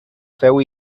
feu